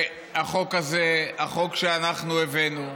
שהחוק הזה, החוק שאנחנו הבאנו,